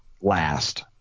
last